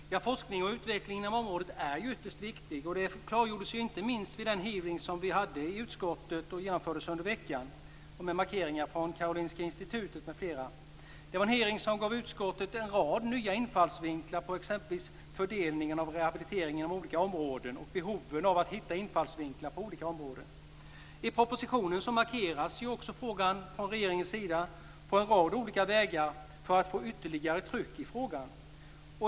Fru talman! Forskning och utveckling inom området är ytterst viktigt. Det klargjordes inte minst vid den hearing som vi hade i utskottet under veckan, med markeringar från Karolinska Institutet m.fl. Det var en hearing som gav utskottet en rad nya infallsvinklar på exempelvis fördelningen av rehabiliteringen inom olika områden och behoven av att hitta infallsvinklar på olika områden. I propositionen markeras också frågan från regeringens sida på en rad olika vägar för att få ytterligare tryck i frågan.